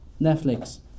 Netflix